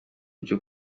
byo